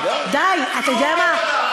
די, אתה יודע מה?